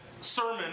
sermon